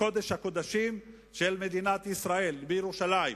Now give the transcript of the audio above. בקודש הקודשים של מדינת ישראל, בירושלים.